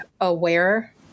aware